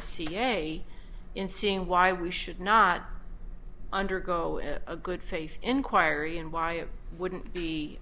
ca in seeing why we should not undergo a good faith inquiry and why it wouldn't be